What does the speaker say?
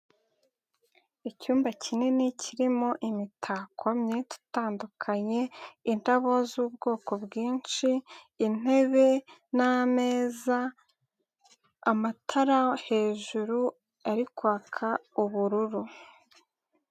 Icyumba kinini kirimo imitako myinshi itandukanye, indabo z'ubwoko bwinshi, intebe n'ameza, amatara hejuru ari kwaka ubururu.